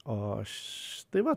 o aš tai va